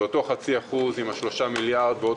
זה אותו חצי אחוז עם ה-3 מיליארד ועוד